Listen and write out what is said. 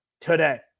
today